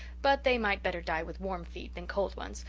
but they might better die with warm feet than cold ones,